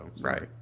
Right